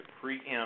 preempt